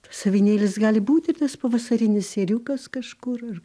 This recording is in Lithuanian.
tas avinėlis gali būti tas pavasarinis ėriukas kažkur